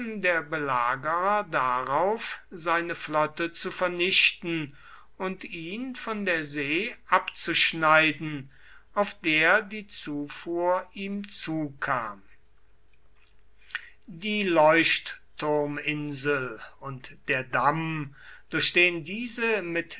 der belagerer darauf seine flotte zu vernichten und ihn von der see abzuschneiden auf der die zufuhr ihm zukam die leuchtturminsel und der damm durch den diese mit